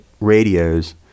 radios